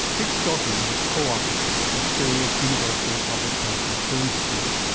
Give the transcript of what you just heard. dick scotton was co-architect of australia's universal public health insurance scheme,